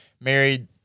married